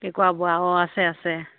কেকোৰা বৰা অ আছে আছে